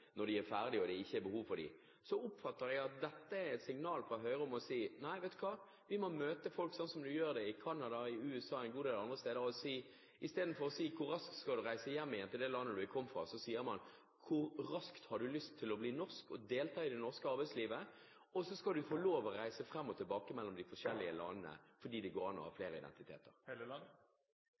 når de er ferdige og det ikke er behov for dem, oppfatter jeg at dette er et signal fra Høyre om at, nei, vet du hva, vi må møte folk sånn som de gjør i Canada, i USA og en god del andre steder. Så istedenfor å si: Hvor raskt skal du reise hjem til det landet du kom fra?, sier man: Hvor raskt har du lyst til å bli norsk og delta i det norske arbeidslivet? Så skal du få lov til å reise fram og tilbake mellom de forskjellige landene, fordi det går an å ha flere identiteter.